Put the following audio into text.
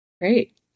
Great